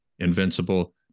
invincible